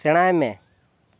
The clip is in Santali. ᱥᱮᱬᱟᱭ ᱢᱮ